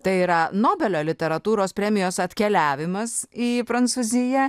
tai yra nobelio literatūros premijos atkeliavimas į prancūziją